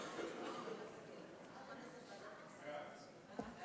ההצעה להעביר את הנושא לוועדת המדע והטכנולוגיה